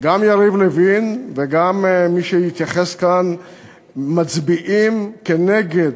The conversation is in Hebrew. גם יריב לוין וגם מי שהתייחס כאן מצביעים נגד,